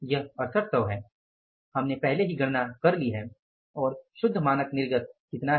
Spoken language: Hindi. यह 6800 है हमने पहले ही गणना कर ली है और शुद्ध मानक निर्गत कितना है